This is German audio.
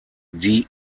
die